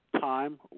Time